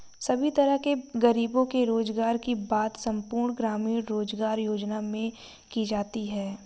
सभी तरह के गरीबों के रोजगार की बात संपूर्ण ग्रामीण रोजगार योजना में की जाती है